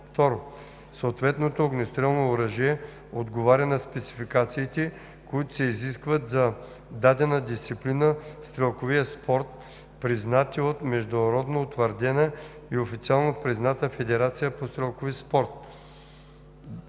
2. съответното огнестрелно оръжие отговаря на спецификациите, които се изискват за дадена дисциплина в стрелковия спорт, признати от международно утвърдена и официално призната федерация по стрелкови спорт.“